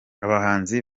abahanzi